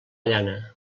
llana